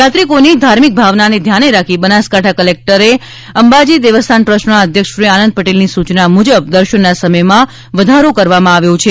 યાત્રિકોની ધાર્મિક ભાવના ધ્યાને રાખી બનાસકાંઠા કલેકટર કમ અંબાજી દેવસ્થાન ટ્રસ્ટના અધ્યક્ષશ્રી આનંદ પટેલની સુચના મુજબ દર્શનના સમયમાં વધારો કરવામાં આવ્યો છે